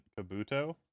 Kabuto